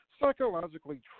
psychologically